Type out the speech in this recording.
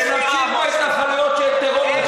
ונמשיך את ההתנחלויות של טרור,